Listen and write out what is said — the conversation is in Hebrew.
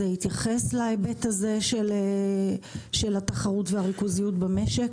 התייחס להיבט של התחרות והריכוזיות במשק?